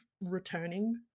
returning